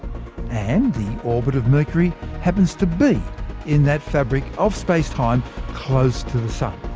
and the orbit of mercury happens to be in that fabric of space-time close to the sun.